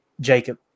Jacob